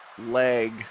leg